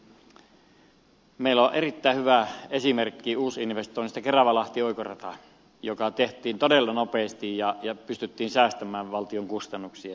meillä on erittäin hyvä esimerkki uusinvestoinnista keravalahti oikorata joka tehtiin todella nopeasti ja pystyttiin säästämään valtion kustannuksia